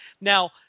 Now